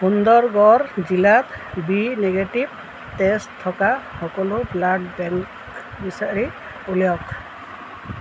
সুন্দৰগড় জিলাত B negative তেজ থকা সকলো ব্লাড বেংক বিচাৰি উলিয়াওক